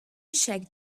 checked